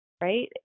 Right